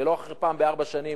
ולא אחרי פעם אחת בארבע שנים,